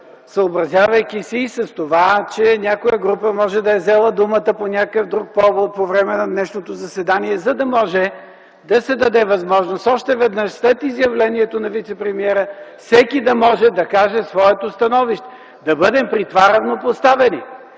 съобразявайки се и с това, че някоя група може да е взела думата по някакъв друг повод по време на днешното заседание, за да може да се даде възможност още веднъж, след изявлението на вицепремиера всеки да може да каже своето становище, да бъдем при това равнопоставени,